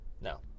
No